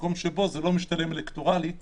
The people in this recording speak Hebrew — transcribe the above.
במקום שבו זה לא משתלם אלקטורלית